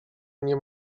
nie